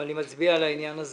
אני מצביע על העניין הזה.